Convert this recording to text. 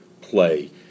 play